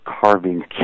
carving